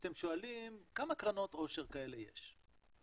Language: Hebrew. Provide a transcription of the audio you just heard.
כשאתם שואלים כמה קרנות עושר כאלה יש,